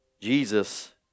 Jesus